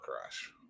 crash